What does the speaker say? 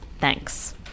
Thanks